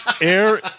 air